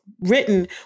written